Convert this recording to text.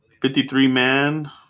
53-man